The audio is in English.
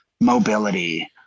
mobility